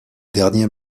dernier